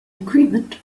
agreement